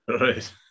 Right